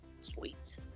Sweet